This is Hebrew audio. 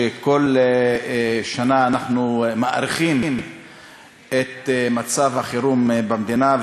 שכל שנה אנחנו מאריכים את מצב החירום במדינה.